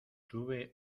tuve